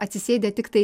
atsisėdę tiktai